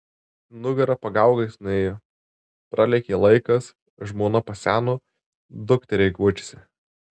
nugara pagaugais nuėjo pralėkė laikas žmona paseno dukteriai guodžiasi